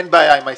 אין בעיה עם ה-20.